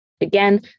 Again